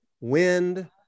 wind